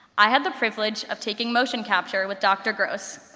i had the privilege of taking motion capture with dr. gross,